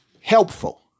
helpful